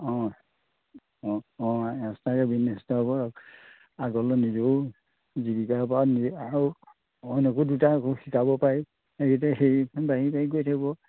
অঁ অঁ এচ আইয়ে মিনিষ্টাৰবোৰক আগলৈ নিজেও জীৱিকাৰপৰা নিজেও আৰু অইনকো দুটা শিকাব পাৰি এনেকৈ হেৰিকণ বাঢ়ি বাঢ়ি গৈ থাকিব